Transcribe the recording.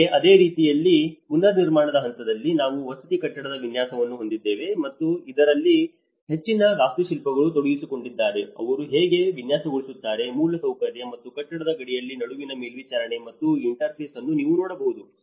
ಮತ್ತು ಅದೇ ರೀತಿ ಪುನರ್ನಿರ್ಮಾಣ ಹಂತದಲ್ಲಿ ನಾವು ವಸತಿ ಕಟ್ಟಡದ ವಿನ್ಯಾಸವನ್ನು ಹೊಂದಿದ್ದೇವೆ ಮತ್ತು ಇದರಲ್ಲಿ ಹೆಚ್ಚಿನ ವಾಸ್ತುಶಿಲ್ಪಿಗಳು ತೊಡಗಿಸಿಕೊಂಡಿದ್ದಾರೆ ಅವರು ಹೇಗೆ ವಿನ್ಯಾಸಗೊಳಿಸುತ್ತಾರೆ ಮೂಲಸೌಕರ್ಯ ಮತ್ತು ಕಟ್ಟಡದ ಗಡಿಗಳ ನಡುವಿನ ಮೇಲ್ವಿಚಾರಣೆ ಮತ್ತು ಇಂಟರ್ಫೇಸ್ ಅನ್ನು ನೀವು ನೋಡಬಹುದು